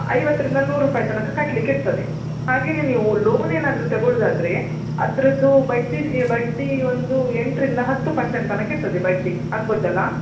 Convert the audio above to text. ಐವತ್ತರಿಂದ ನೂರು ರೂಪಾಯಿ ತನಕ ಕಟ್ಲಿಕ್ಕೆ ಇರ್ತದೆ ಹಾಗೆನೆ ನೀವು ಲೋನ್ ಏನಾದರು ತೊಗೋಳ್ಳೊದಾದ್ರೆ ಅದರದ್ದು ಬಡ್ಡಿ ಬಡ್ಡೀ ಒಂದು ಎಂಟರಿಂದ ಹತ್ತು ಪರ್ಸೆಂಟ್ ತನಕ ಇರ್ತದೆ ಬಡ್ಡಿ ಆಗ್ಬೋದಲ್ಲಾ